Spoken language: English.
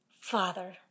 Father